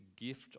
gift